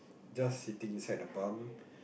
just sitting inside the bunk